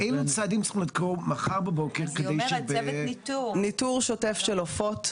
אילו צעדים צריכים לקרות מחר בבוקר ניטור שוטף של עופות,